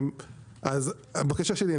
הבקשה שלי.